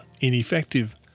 ineffective